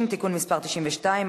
ציון ולבני משפחותיהם (תיקון מס' 6)